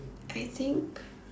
I think